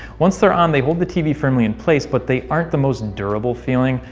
once they're on, they hold the tv firmly in place, but they aren't the most durable feeling.